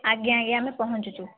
ଆଜ୍ଞା ଆଜ୍ଞା ଆମେ ପହଞ୍ଚୁଛୁ